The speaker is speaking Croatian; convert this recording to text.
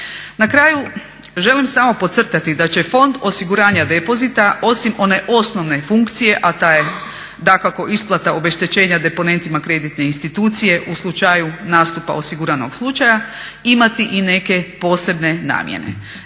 Na kraju želim samo podcrtati da će fond osiguranja depozita osim one osnovne funkcije, a ta je dakako isplata obeštećenja deponentima kreditne institucije u slučaju nastupa osiguranog slučaja imati i neke posebne namjene.